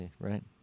Right